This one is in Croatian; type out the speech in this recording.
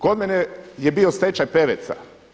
Kod mene je bio stečaj Peveca.